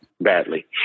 Badly